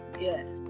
Yes